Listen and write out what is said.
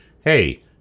hey